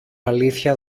αλήθεια